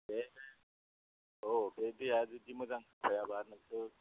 बे औ बे दैया बिदि मोजां नंद्राया जोंथ'